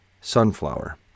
sunflower